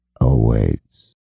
Awaits